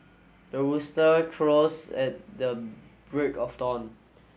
the rooster crows at the break of dawn